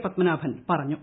പത്മനനാഭൻ പറഞ്ഞു